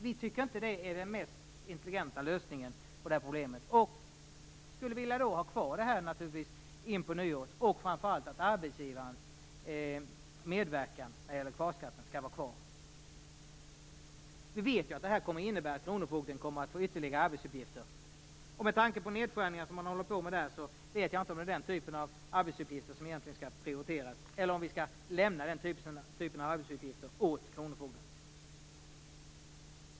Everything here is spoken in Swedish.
Vi tycker inte att det är den mest intelligenta lösningen på det här problemet. Vi skulle naturligtvis vilja ha kvar det här in på nyåret. Framför allt vill vi att arbetsgivarens medverkan när det gäller kvarskatten skall vara kvar. Vi vet att det här kommer att innebära att kronofogden kommer att få ytterligare arbetsuppgifter. Med tanke på de nedskärningar som man håller på med där, vet jag inte om det egentligen är den typen av arbetsuppgifter som skall prioriteras, eller om vi skall lämna den här typen av arbetsuppgifter åt kronofogden.